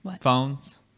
phones